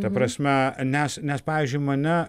ta prasme nes nes pavyzdžiui mane